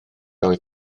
oedd